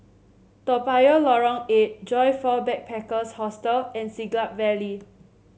Toa Payoh Lorong Eight Joyfor Backpackers' Hostel and Siglap Valley